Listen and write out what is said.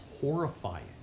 horrifying